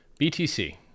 BTC